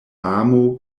amo